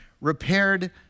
repaired